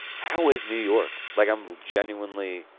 how is new york? like i'm genuinely.